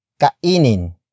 kainin